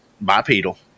bipedal